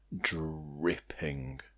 dripping